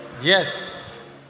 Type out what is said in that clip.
Yes